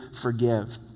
forgive